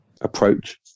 approach